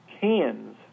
cans